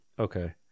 Okay